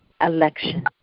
election